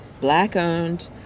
black-owned